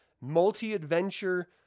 multi-adventure